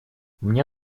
мне